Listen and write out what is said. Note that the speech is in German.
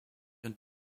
und